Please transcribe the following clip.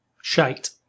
shite